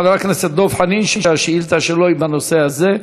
חבר הכנסת דב חנין, שהשאילתה שלו היא בנושא הזה.